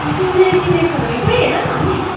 तिमीले चिनेको छ भने कोही हेर न अनि